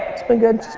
it's been good,